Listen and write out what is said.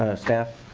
ah staff.